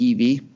EV